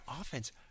offense